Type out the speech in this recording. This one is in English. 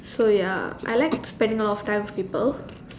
so ya I like spending a lot of time with people